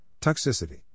toxicity